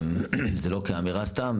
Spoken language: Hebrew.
וזה לא כאמירה סתם,